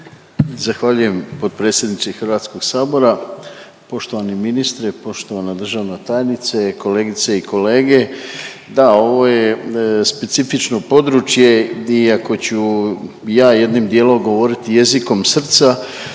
Zahvaljujem potpredsjedniče HS. Poštovani ministre, poštovana državna tajnice, kolegice i kolege, da ovo je specifično područje di ako ću ja jednim dijelom govoriti jezikom srca